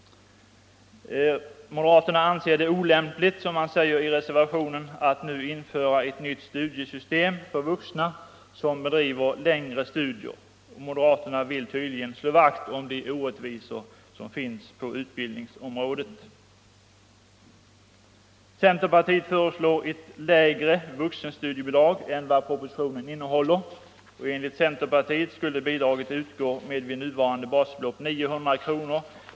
Moderaterna säger i reservationen att man anser det olämpligt m.m. att nu införa ett nytt studiesystem för vuxna som bedriver längre studier. Moderaterna vill tydligen slå vakt om de orättvisor som finns på utbildningsområdet. Centerpartiet föreslår ett lägre vuxenstudiebidrag än vad propositionen innehåller. Enligt centerpartiet skulle bidraget utgå vid nuvarande basbelopp 900 kr.